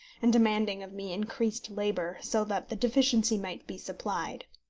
and demanding of me increased labour, so that the deficiency might be supplied.